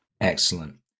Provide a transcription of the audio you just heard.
Excellent